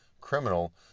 criminal